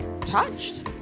touched